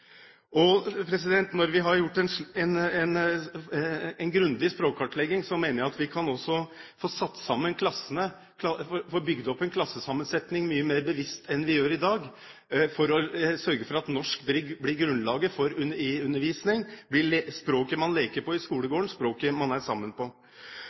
Når vi har gjort en grundig språkkartlegging, mener jeg at vi også kan få satt sammen klassene, få bygd opp en klassesammensetning mye mer bevisst enn vi gjør i dag, for å sørge for at norsk blir grunnlaget i undervisningen, blir språket man leker på i skolegården, språket man er sammen på.